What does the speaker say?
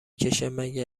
کشهمگه